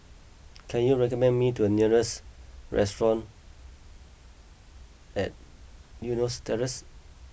can you recommend me to a nearest restaurant at Eunos Terrace